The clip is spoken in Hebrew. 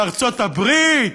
על ארצות-הברית?